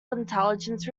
intelligence